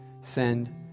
send